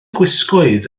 gwisgoedd